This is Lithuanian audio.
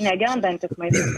negendantis maisto